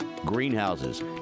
greenhouses